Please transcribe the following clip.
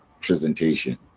presentation